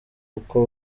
uko